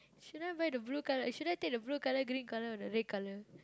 should I buy the blue colour should I take the blue colour green colour or the red colour